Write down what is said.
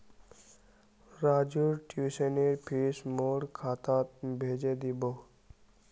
राजूर ट्यूशनेर फीस मोर खातात भेजे दीबो